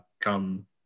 come